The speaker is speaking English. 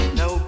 no